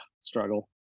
struggle